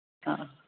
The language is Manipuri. ꯑꯥ ꯑꯥ